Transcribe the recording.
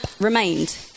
remained